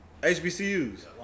HBCUs